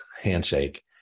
handshake